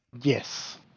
yes